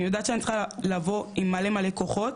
אני יודעת שאני צריכה לבוא עם מלא מלא כוחות.